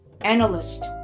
analyst